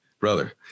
brother